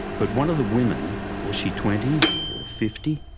but one of the women was she twenty, or fifty?